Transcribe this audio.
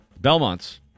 Belmont's